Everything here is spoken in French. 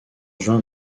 juin